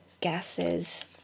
gases